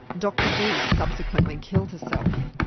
dr v subsequently killed herself.